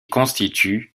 constitue